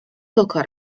tylko